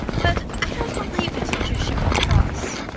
but i don't believe a teacher should be cross.